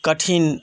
कठिन